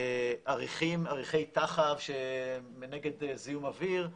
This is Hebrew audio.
אריחי טחב נגד זיהום אוויר,